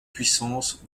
puissance